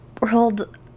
world